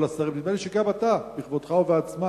כל השרים, ונדמה לי שגם אתה בכבודך ובעצמך